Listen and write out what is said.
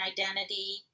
identity